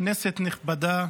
כנסת נכבדה,